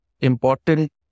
important